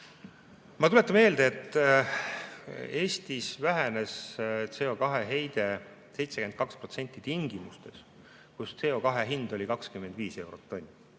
Ma tuletan meelde, et Eestis vähenes CO2heide 72% tingimustes, kus CO2hind oli 25 eurot tonn.